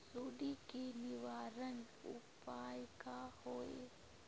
सुंडी के निवारण उपाय का होए?